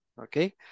okay